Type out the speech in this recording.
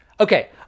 Okay